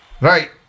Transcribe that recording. Right